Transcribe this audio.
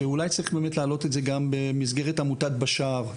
שאולי צריך להעלות את זה גם במסגרת עמותת "בשער",